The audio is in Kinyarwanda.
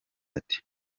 ati